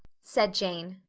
said jane.